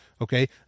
Okay